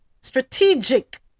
Strategic